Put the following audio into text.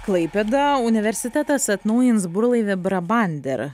klaipėda universitetas atnaujins burlaivį brabander